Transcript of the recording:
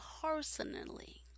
personally